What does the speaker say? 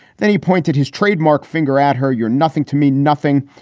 then he pointed his trademark finger at her. you're nothing to me. nothing.